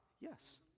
Yes